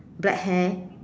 black hair